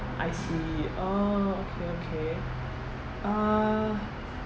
I see oh okay okay uh